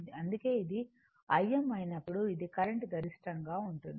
అందుకే ఇది Im అయినప్పుడు ఇది కరెంట్ గరిష్టంగా ఉంటుంది